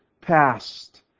past